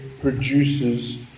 produces